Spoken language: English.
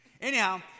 anyhow